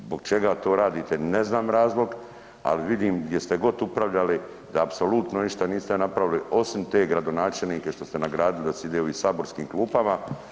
Zbog čega to radite ne znam razlog, ali vidim gdje ste god upravljali da apsolutno ništa niste napravili osim te gradonačelnike što ste nagradili da side u saborskim klupama.